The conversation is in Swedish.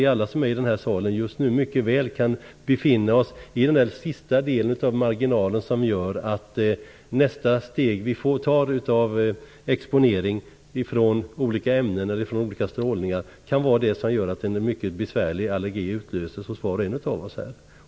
Alla som är i den här salen just nu kan mycket väl befinna i den sista delen av marginalen som gör att nästa steg vi tar när det gäller exponering från olika ämnen och olika strålningar kan vara det som gör att en mycket besvärlig allergi utlöses hos vem som helst av oss.